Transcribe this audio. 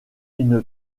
une